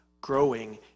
growing